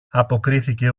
αποκρίθηκε